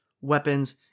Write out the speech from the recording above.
weapons